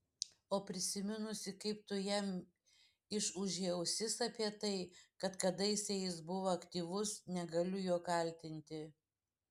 o prisiminusi kaip tu jam išūžei ausis apie tai kad kadaise jis buvo aktyvus negaliu jo kaltinti